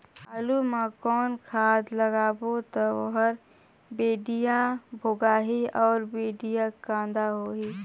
आलू मा कौन खाद लगाबो ता ओहार बेडिया भोगही अउ बेडिया कन्द होही?